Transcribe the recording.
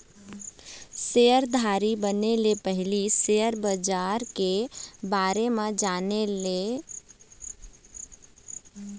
सेयरधारी बने ले पहिली सेयर बजार के बारे म बने ले जानकारी ले लेना चाही